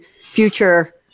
future